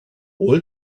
all